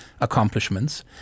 accomplishments